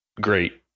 great